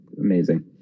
amazing